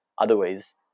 otherwise